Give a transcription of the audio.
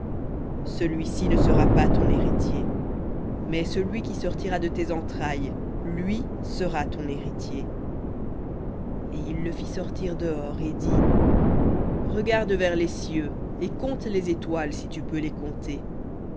celui-ci ne sera pas ton héritier mais celui qui sortira de tes entrailles lui sera ton héritier et il le fit sortir dehors et dit regarde vers les cieux et compte les étoiles si tu peux les compter